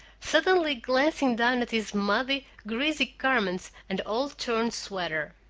suddenly glancing down at his muddy, greasy garments and old torn sweater.